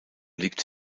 liegt